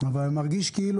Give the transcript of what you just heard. מתחילת